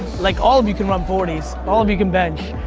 like all of you can run forties. all of you can bench.